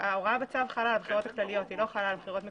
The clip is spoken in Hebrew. ההוראה בצו חלה על הבחירות הכלליות והיא לא חלה על בחירות מקומיות.